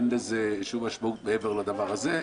אין לזה שום משמעות מעבר לדבר הזה,